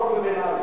חבל,